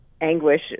anguish